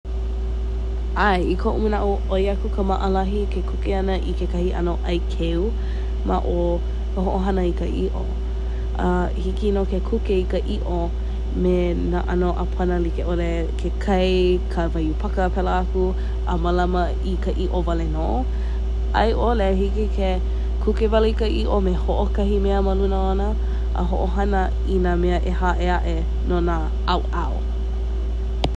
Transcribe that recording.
‘Ae. I ko’u mana’o, ‘oi aku ka ma’alahi ke kuke ‘ana i kekahi ‘ano ‘ai keu ma o ka ho’ohana i ka i’o. A hiki nō ke kuke i ka i’o me nā ‘ano ‘āpana like’ole, ke kai, ka waiū paka a pēlā aku…a mālama i ka i’o wale nō. A i ‘ole hiki ke kuke wale i ka i’o me ho’okahi mea ma luna ona, a ho’ohana i nā mea ‘ehā e a’e no nā ‘ao’ao.